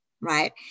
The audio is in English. right